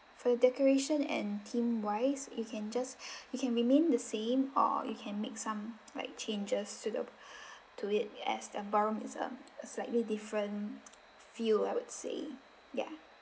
for the decoration and theme wise you can just you can remain the same or you can make some like changes to the to it as the ballroom is um slightly different feel I would say ya